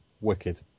Wicked